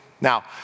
Now